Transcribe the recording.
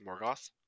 Morgoth